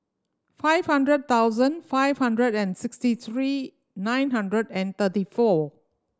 five hundred thousand five hundred and sixty three nine hundred and thirty four